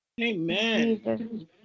Amen